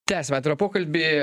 tęsiam atvirą pokalbį